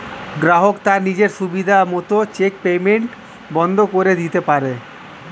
গ্রাহক তার নিজের সুবিধা মত চেক পেইমেন্ট বন্ধ করে দিতে পারে